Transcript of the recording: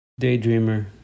Daydreamer